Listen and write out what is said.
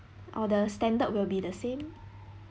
all the standard will be the same